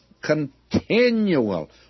continual